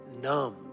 numb